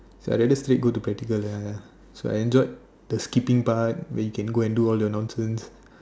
so I rather sleep go to practical ya ya so I enjoyed the skipping part when you can go do all your nonsense